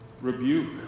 rebuke